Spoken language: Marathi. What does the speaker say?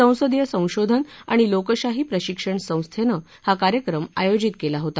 संसदीय संशोधन आणि लोकशाही प्रशिक्षण संस्थेनं हा कार्यक्रम आयोजित केला होता